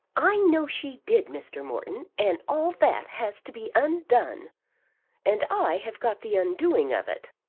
i know she did, mr. morton and all that has to be undone and i have got the undoing of it.